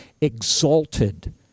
exalted